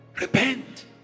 Repent